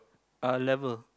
uh level